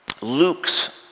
Luke's